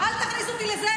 טלי --- אל תכניס אותי לזה,